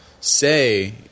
say